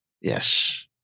yes